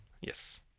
Yes